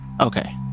Okay